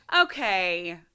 Okay